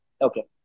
Okay